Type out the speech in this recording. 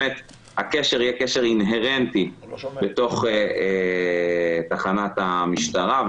שהקשר יהיה קשר אינהרנטי בתוך תחנת המשטרה.